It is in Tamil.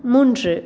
மூன்று